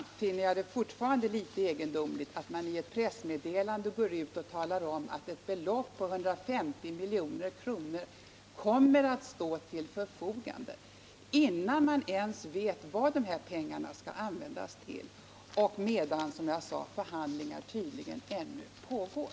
Jag finner det fortfarande litet egendomligt att man i ett pressmeddelande talar om, att ett belopp på 150 milj.kr. kommer att stå till förfogande, innan man ens vet vad de där pengarna skall användas till och medan, som jag sade, förhandlingar tydligen ännu pågår.